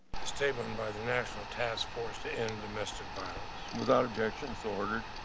statement by the national task force in domestic violence. without objection, so ordered.